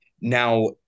Now